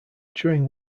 during